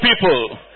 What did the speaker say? people